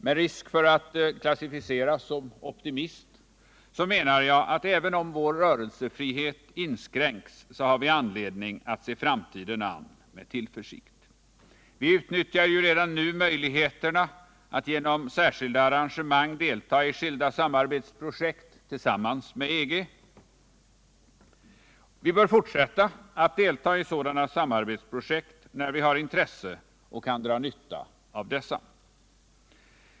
Med risk för att klassificeras som optimist menar jag att även om vår rörelsefrihet inskränks har vi anledning att se framtiden an med tillförsikt. Vi utnyttjar redan nu möjligheterna att genom särskilda arrangemang delta i skilda samarbetsprojekt tillsammans med EG. Vi bör fortsätta att delta i sådana samarbetsprojekt när vi har intresse av det och kan dra nytta av dessa.